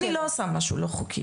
אני לא עושה משהו לא חוקי.